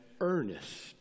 earnest